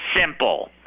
simple